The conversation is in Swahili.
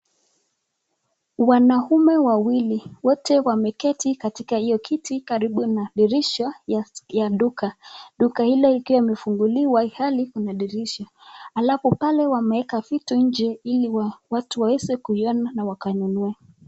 Wanaume wawili, wote wameketi katika hiyo kiti karibu na dirisha ya duka. Duka hili ikiwa imefunguliwa Hali Kuna dirisha. Halafu pale wameweka vitu nje Ili watu waweze kuiona na wakanunua.